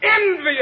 envious